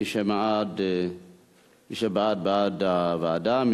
מי שבעד, בעד הוועדה.